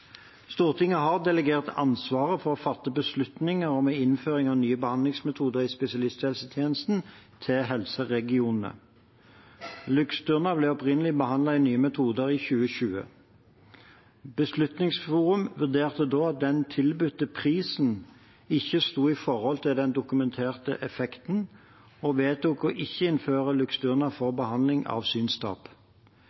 Stortinget har delegert ansvaret for å fatte beslutninger om innføring av nye behandlingsmetoder i spesialisthelsetjenesten til helseregionene. Luxturna ble opprinnelig behandlet i Beslutningsforum for nye metoder i 2020. Beslutningsforum vurderte da at den tilbudte prisen ikke sto i forhold til den dokumenterte effekten, og vedtok å ikke innføre Luxturna for